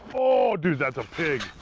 oh, dude! that's a pig.